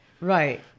right